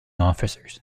officers